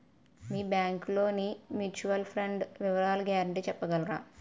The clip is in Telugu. మీ బ్యాంక్ లోని మ్యూచువల్ ఫండ్ వివరాల గ్యారంటీ చెప్పగలరా?